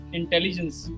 intelligence